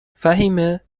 فهیمه